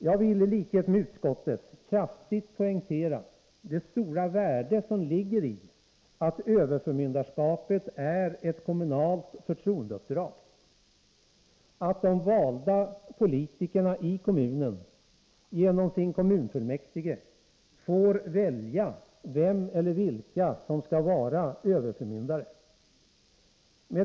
Jag vill i likhet med utskottet kraftigt poängtera det stora värde som ligger i att överförmyndarskapet är ett kommunalt förtroendeuppdrag, att de valda politikerna i kommunen genom sin kommunfullmäktige får välja vem eller vilka som skall vara överförmyndare.